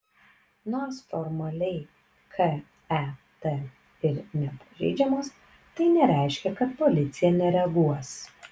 nors formaliai ket ir nepažeidžiamos tai nereiškia kad policija nereaguos